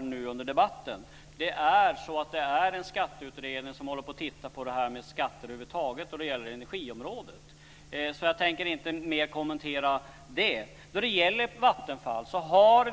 nu under debatten. Det finns en skatteutredning som håller på att titta på skatter över huvud taget när det gäller energiområdet. Jag tänker därför inte kommentera det mer.